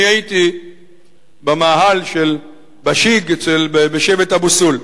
אני הייתי במאהל של, ב"שיג" בשבט אבו-סולב.